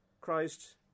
Christ